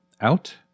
out